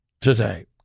today